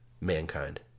mankind